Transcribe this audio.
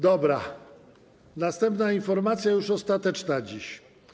Dobra, następna informacja, już ostateczna dziś.